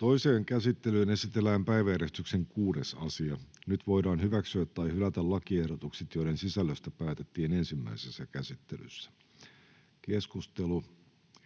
Toiseen käsittelyyn esitellään päiväjärjestyksen 6. asia. Nyt voidaan hyväksyä tai hylätä lakiehdotukset, joiden sisällöstä päätettiin ensimmäisessä käsittelyssä. — Keskustelu,